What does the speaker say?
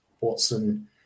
Watson